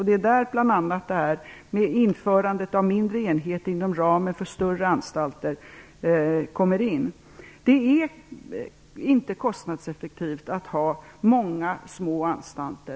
Det är där bl.a. det här med införandet av mindre enheter inom ramen för större anstalter kommer in. Det är inte kostnadseffektivt att ha många små anstalter.